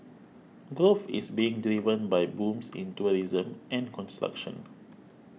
growth is being driven by booms in tourism and construction